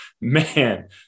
man